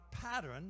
pattern